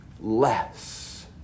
less